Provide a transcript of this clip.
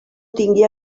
tingui